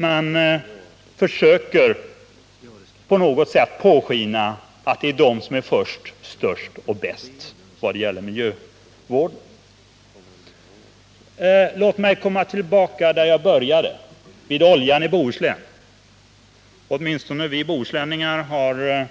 Man försöker på något sätt påskina att det är socialdemokraterna som är först, störst och bäst vad gäller miljövården. Låt mig komma tillbaka där jag började, till oljan i Bohuslän. Åtminstone vi bohuslänningar har